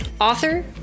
author